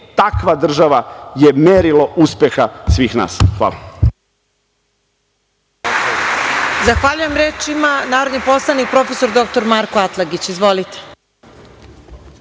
takva država je merilo uspeha svih nas. Hvala.